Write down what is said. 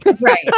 Right